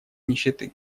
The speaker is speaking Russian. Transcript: нищеты